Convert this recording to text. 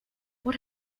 what